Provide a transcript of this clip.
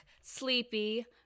Sleepy